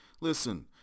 Listen